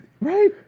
right